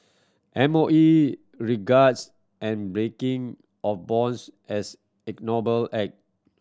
M O E regards and breaking of bonds as ignoble act